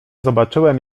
zobaczyłem